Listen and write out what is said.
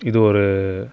இது ஒரு